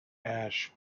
ash